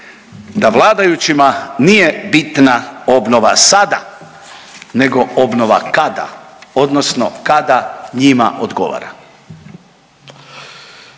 da vladajućima nije bitna obnova sada nego obnova kada, odnosno kada njima odgovara.